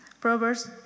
Proverbs